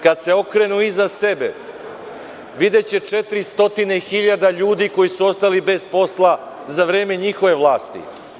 Kada se okrenu iza sebe videće 400.000 ljudi koji su ostali bez posla za vreme njihove vlasti.